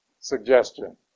suggestion